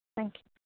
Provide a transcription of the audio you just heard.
thank you